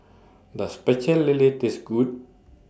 Does Pecel Lele Taste Good